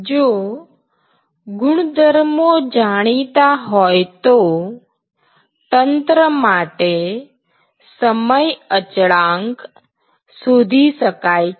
જો ગુણધર્મો જાણીતા હોય તો તંત્ર માટે સમય અચળાંક શોધી શકાય છે